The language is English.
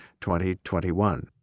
2021